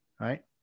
right